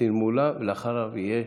לפטין מולא, ואחריו יהיה